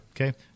okay